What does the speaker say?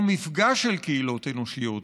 או מפגש של קהילות אנושיות,